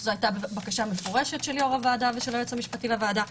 שזו היתה בקשה מפורשת של יו"ר הוועדה ושל היועץ המשפטי לוועדה.